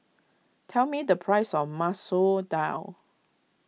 tell me the price of Masoor Dal